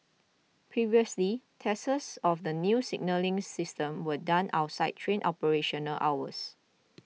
previously tests of the new signalling system were done outside train operational hours